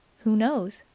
who knows?